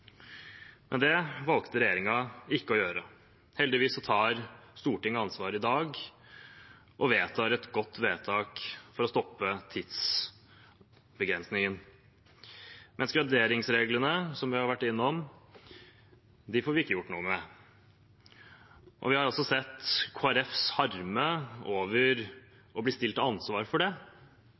men det valgte regjeringen ikke å gjøre. Heldigvis tar Stortinget ansvar i dag og fatter et godt vedtak for å stoppe tidsbegrensningen. Men graderingsreglene, som vi har vært innom, får vi ikke gjort noe med. Vi har sett Kristelig Folkepartis harme over å bli stilt til ansvar for det,